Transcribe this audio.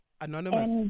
Anonymous